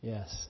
Yes